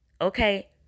Okay